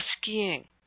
skiing